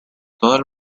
todos